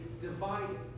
divided